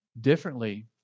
differently